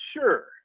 sure